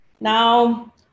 Now